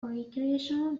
recreational